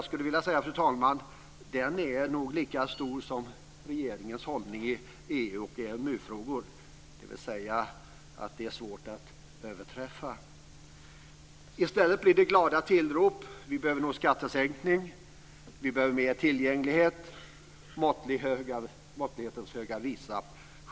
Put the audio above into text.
Den ambivalensen är nog lika stor som i regeringens hållning i EU och EMU-frågor. Den är svår att överträffa. I stället blir det glada tillrop: Vi behöver nog en skattesänkning. Vi behöver mer tillgänglighet. Socialministern sjunger måttlighetens höga visa.